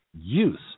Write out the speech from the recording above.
Use